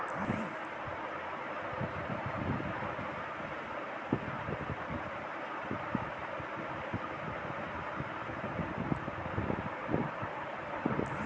वन विभाग में तकनीकी उपकरणों के प्रयोग के लिए उपकरण संचालकों की नियुक्ति होवअ हई